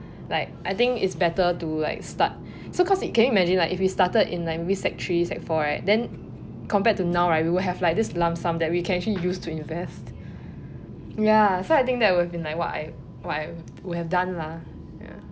like I think is better to like start so cause can you imagine like if we started in like sec three sec four right then compared to now right we will have this lump sum we can actually use to invest ya so I think that would be like what I would have done lah what I would have done lah ya